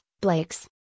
Blake's